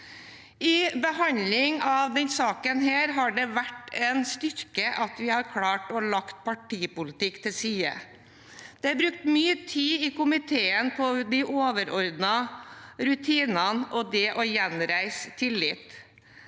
I behandlingen av denne saken har det vært en styrke at vi har klart å legge partipolitikk til side. Det er brukt mye tid i komiteen på de overordnede rutinene og det å gjenreise tillit.